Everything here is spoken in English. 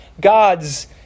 God's